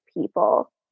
people